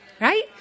right